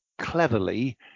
cleverly